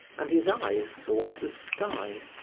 and his eyes sought the sky,